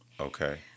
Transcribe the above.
Okay